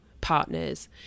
partners